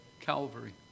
Calvary